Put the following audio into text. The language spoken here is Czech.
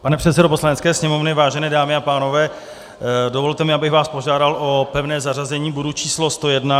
Pane předsedo Poslanecké sněmovny, vážené dámy a pánové, dovolte mi, abych vás požádal o pevné zařazení bodu číslo 101.